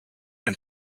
and